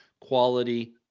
quality